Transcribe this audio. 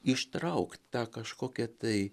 ištraukt tą kažkokią tai